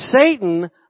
Satan